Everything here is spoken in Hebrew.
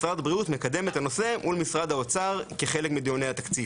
משרד הבריאות מקדם את הנושא מול משרד האוצר כחלק מדיוני התקציב".